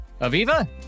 Aviva